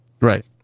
Right